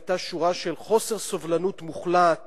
היתה שורה של חוסר סובלנות מוחלט